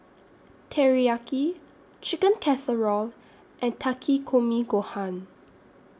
Teriyaki Chicken Casserole and Takikomi Gohan